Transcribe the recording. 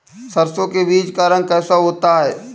सरसों के बीज का रंग कैसा होता है?